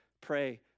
pray